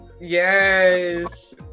Yes